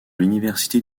l’université